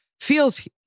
feels